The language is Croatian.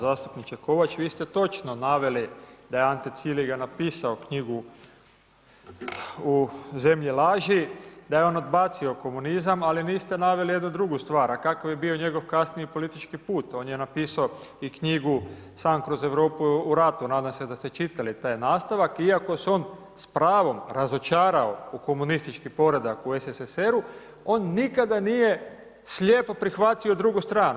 Zastupniče Kovač, vi ste točno naveli da je Ante Ciliga napisao knjigu „U zemlji laži“, da je on odbacio komunizam, ali niste naveli jednu drugu stvar a kakav je bio njegov kasniji politički put, on je napisao i knjigu „Sam kroz Europu u ratu“, nadam se da ste čitali taj nastavak iako se on s pravom razočarao u komunistički poredak u SSSR-u, on nikada nije slijepo prihvatio drugu stranu.